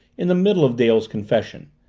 in the middle of dale's confession,